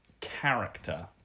character